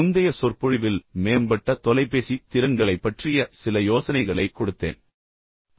முந்தைய சொற்பொழிவில் மேம்பட்ட தொலைபேசி திறன்களைப் பற்றிய சில யோசனைகளை உங்களுக்கு வழங்குவதன் மூலம் நான் முடித்தேன்